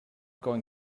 going